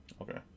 Okay